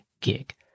gig